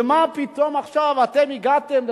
ומה פתאום עכשיו כשאתם הגעתם לשלטון,